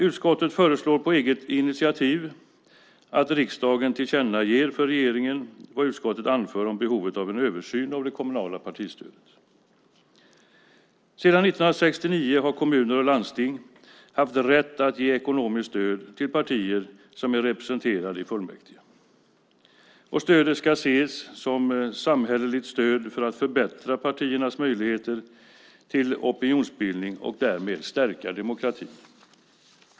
Utskottet föreslår på eget initiativ att riksdagen tillkännager för regeringen vad utskottet anför om behovet av en översyn av det kommunala partistödet. Sedan 1969 har kommuner och landsting haft rätt att ge ekonomiskt stöd till partier som är representerade i fullmäktige. Stödet ska ses som samhälleligt stöd för att förbättra partiernas möjligheter till opinionsbildning och därmed stärka demokratin.